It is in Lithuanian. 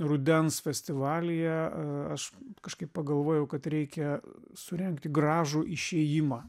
rudens festivalyje aš kažkaip pagalvojau kad reikia surengti gražų išėjimą